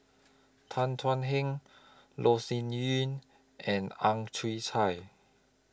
Tan Thuan Heng Loh Sin Yun and Ang Chwee Chai